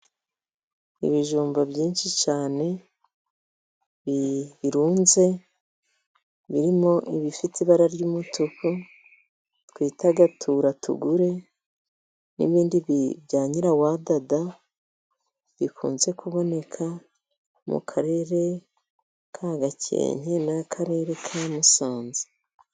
Ibijumba byinshi cyane birunze, birimo ibifite ibara ry'umutuku twita tura tugure n'ibindi bya nyirawadada, bikunze kuboneka mu Karere ka Gakenke n'Akarere ka Musanze.